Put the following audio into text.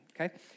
Okay